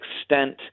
extent